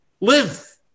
live